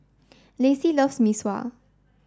Lacey loves Mee Sua